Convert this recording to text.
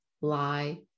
lie